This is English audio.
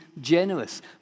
generous